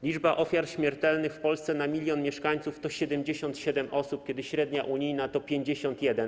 Liczba ofiar śmiertelnych w Polsce na 1 mln mieszkańców to 77 osób, a średnia unijna wynosi 51.